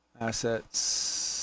assets